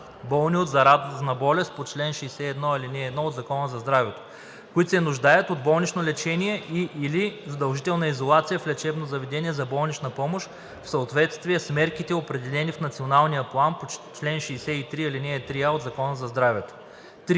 болни от заразна болест, по чл. 61, ал. 1 от Закона за здравето, които се нуждаят от болнично лечение и/или задължителна изолация в лечебно заведение за болнична помощ в съответствие с мерките, определени в националния план по чл. 63, ал. 3а от Закона за здравето.“